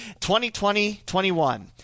2020-21